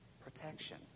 Protection